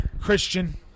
Christian